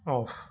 off